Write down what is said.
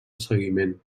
seguiment